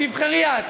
תבחרי את,